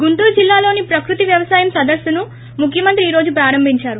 గుంటూర్ జిల్లాలో ప్రకృతి వ్యవసాయం సదస్సును ముఖ్యమంత్రి ఈ రోజు ప్రారంభించారు